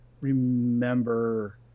remember